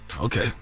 Okay